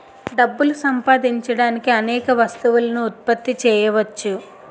డబ్బులు సంపాదించడానికి అనేక వస్తువులను ఉత్పత్తి చేయవచ్చు